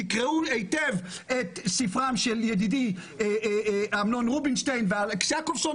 תקראו היטב את ספרם של ידידי אמנון רובינשטיין ואלכס יעקובסון,